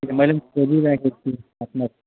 त्यो त मैले पनि खोजिरहेछु पार्टनार